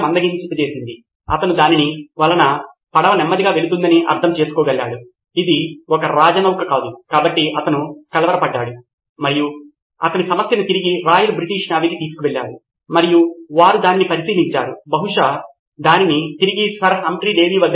సిద్ధార్థ్ మాతురి కాబట్టి ఈ సందర్భంలో ఇంట్రానెట్ ద్వారా ఈ విషయాన్ని పంచుకోవడానికి పాఠశాలకు మౌలిక సదుపాయాలు ఉన్న పరిస్థితిని మనం పరిగణించవచ్చు అప్పుడు ఆమె సన్నాహక బోధన గమనికలను ఇంటర్నెట్ రిపోజిటరీలోకి అప్లోడ్ చేయగలదు మరియు తర్వాత తరగతి విద్యార్థులు ఇంటి దగ్గర పొందుటకు రిపోజిటరీకి వెళ్ళవచ్చు అందులో మన సమాచారమును జోడించండి సవరించండి సిద్ధం చేయండి లేదా గీయండి ఆ రిపోజిటరీ నుండి సమాచారమును డౌన్లోడ్ చేయండి